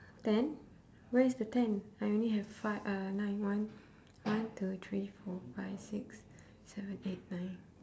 ten where's the ten I only have five uh nine one one two three four five six seven eight nine